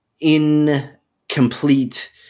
Incomplete